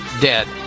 dead